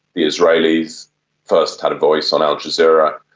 the israelis first had a voice on al jazeera,